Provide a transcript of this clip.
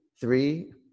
three